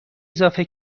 اضافه